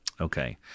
Okay